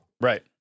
Right